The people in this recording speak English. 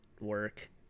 work